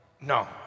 No